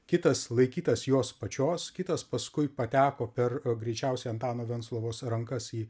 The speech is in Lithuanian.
kitas laikytas jos pačios kitas paskui pateko per greičiausiai antano venclovos rankas į